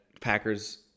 Packers